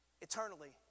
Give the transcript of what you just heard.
eternally